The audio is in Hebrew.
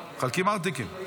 מחלקים ארטיקים.